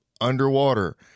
underwater